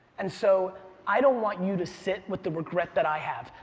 and so, i don't want you to sit with the regret that i have.